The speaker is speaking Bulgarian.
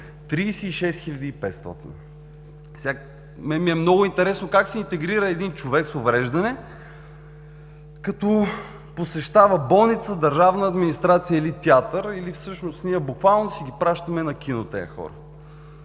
500. На мен ми е много интересно как се интегрира един човек с увреждане като посещава болница, държавна администрация или театър? Или ние буквално си ги пращаме на кино тези хора.